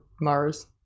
Mars